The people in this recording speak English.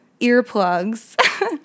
earplugs